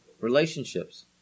relationships